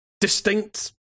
distinct